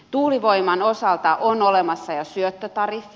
tuulivoiman osalta on olemassa jo syöttötariffi